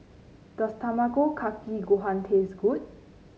does Tamago Kake Gohan taste good